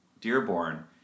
Dearborn